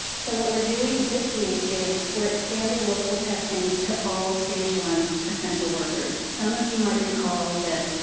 so what we're doing this week is we're expanding local testing to all stage one essential workers. some of you might recall that